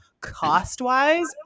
cost-wise